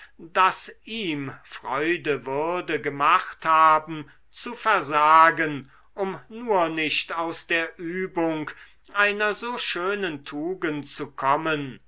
das ihm freude würde gemacht haben zu versagen um nur nicht aus der übung einer so schönen tugend zu kommen